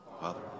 Father